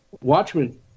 Watchmen